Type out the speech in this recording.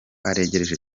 aregereje